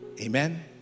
Amen